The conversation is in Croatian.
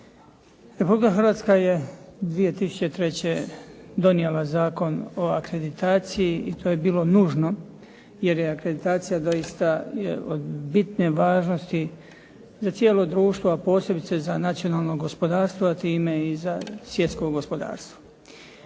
Republika Hrvatska je 2003. donijela Zakon o akreditaciji i to je bilo nužno, jer je akreditacija doista od bitne važnosti za cijelo društvom, a posebice za nacionalno gospodarstvo, a time i za svjetsko gospodarstvo.